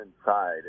inside